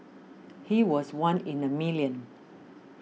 he was one in a million